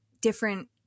different